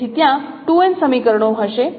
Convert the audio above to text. તેથી ત્યાં 2n સમીકરણો હશે